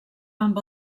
amb